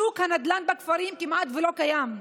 שוק הנדל"ן בכפרים כמעט שלא קיים.